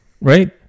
right